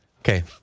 Okay